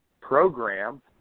program